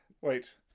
wait